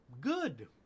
good